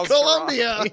Columbia